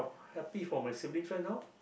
happy for my sibling friend now